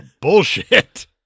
bullshit